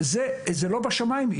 זה לא בשמיים.